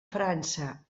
frança